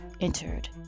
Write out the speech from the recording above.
entered